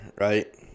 right